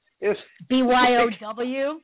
B-Y-O-W